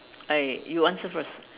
I you answer first